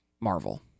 Marvel